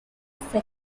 second